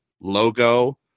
logo